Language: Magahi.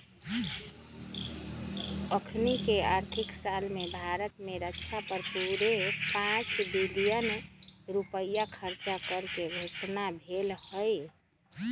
अखनीके आर्थिक साल में भारत में रक्षा पर पूरे पांच बिलियन रुपइया खर्चा करेके घोषणा भेल हई